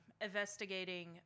investigating